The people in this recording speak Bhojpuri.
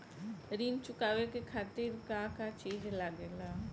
ऋण चुकावे के खातिर का का चिज लागेला?